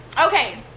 okay